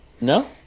no